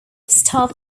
staff